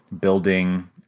building